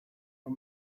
are